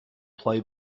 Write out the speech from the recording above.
play